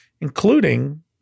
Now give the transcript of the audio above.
including